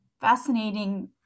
fascinating